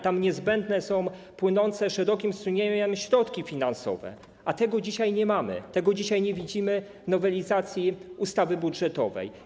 Tam niezbędne są płynące szerokim strumieniem środki finansowe, a tego dzisiaj nie mamy, tego dzisiaj nie widzimy w nowelizacji ustawy budżetowej.